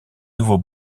nouveau